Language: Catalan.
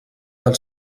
del